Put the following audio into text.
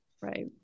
Right